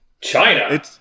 China